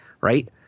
right